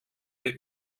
der